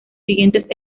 siguientes